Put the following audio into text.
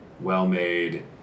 well-made